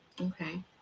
Okay